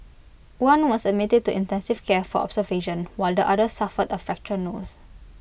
one was admitted to intensive care for observation while the other suffered A fractured nose